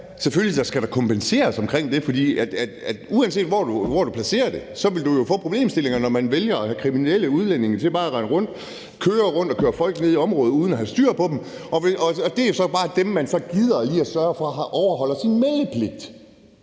selvfølgelig kompenseres for det. For uanset hvor du placerer det, vil du jo få problemstillingerne, når du vælger at have kriminelle udlændinge til bare at rende rundt og køre rundt og køre folk ned i området, uden at der er styr på dem. Det er så bare dem, man så lige gider at sørge for overholder deres meldepligt.